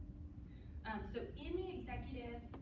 um so in the executive